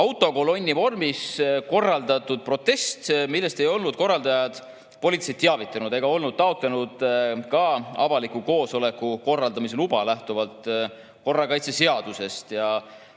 autokolonni vormis korraldatud protest, millest ei olnud korraldajad politseid teavitanud ega olnud taotlenud ka avaliku koosoleku korraldamise luba, mida lähtuvalt korrakaitseseadusest